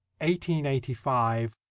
1885